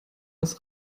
als